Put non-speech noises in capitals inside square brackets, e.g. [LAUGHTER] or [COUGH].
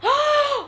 [NOISE]